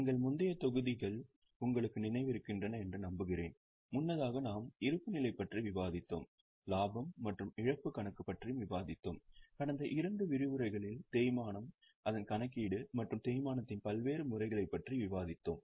எங்கள் முந்தைய தொகுதிகள் உங்களுக்கு நினைவிருக்கின்றன என்று நம்புகிறேன் முன்னதாக நாம் இருப்புநிலை பற்றி விவாதித்தோம் லாபம் மற்றும் இழப்பு கணக்கு பற்றியும் விவாதித்தோம் கடந்த இரண்டு விரிவுரைகளில் தேய்மானம் அதன் கணக்கீடு மற்றும் தேய்மானத்தின் பல்வேறு முறைகள் பற்றியும் விவாதித்தோம்